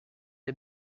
est